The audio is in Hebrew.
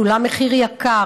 שולם מחיר יקר.